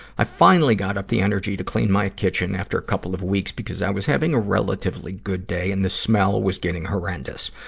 i finally got up the energy to clean my kitchen after a couple of weeks because i was having a relatively good day and the smell was getting horrendous.